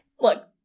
look